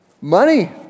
money